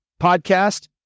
Podcast